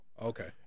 Okay